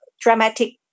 dramatic